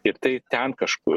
ir tai ten kažku